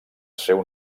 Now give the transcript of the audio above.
seu